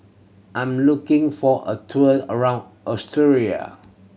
I'm looking for a tour around Australia